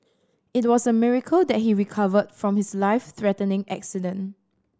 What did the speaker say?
it was a miracle that he recovered from his life threatening accident